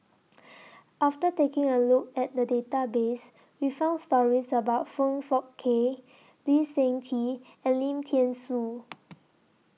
after taking A Look At The Database We found stories about Foong Fook Kay Lee Seng Tee and Lim Thean Soo